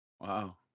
Wow